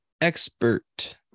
expert